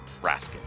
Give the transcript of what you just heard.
raskin